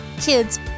kids